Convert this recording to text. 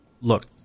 look